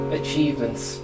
achievements